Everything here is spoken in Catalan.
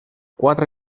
quatre